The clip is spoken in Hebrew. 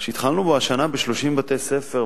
שהתחלנו בו השנה ב-30 בתי-הספר,